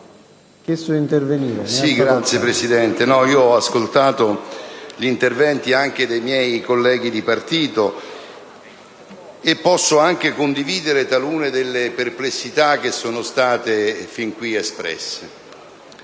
PALMA *(PdL)*. Signor Presidente, ho ascoltato gli interventi anche dei miei colleghi di partito e posso anche condividere talune delle perplessità che sono state fin qui espresse.